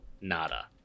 nada